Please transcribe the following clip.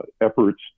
efforts